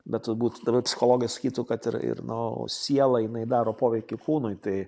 bet turbūt dabar psichologai sakytų kad ir ir nu sielai jinai daro poveikį kūnui tai